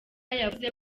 yavuze